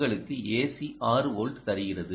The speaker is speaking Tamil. உங்களுக்கு ஏசி 6 வோல்ட் தருகிறது